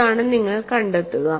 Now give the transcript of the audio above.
അതാണ് നിങ്ങൾ കണ്ടെത്തുക